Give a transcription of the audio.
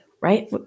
right